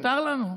מותר לנו.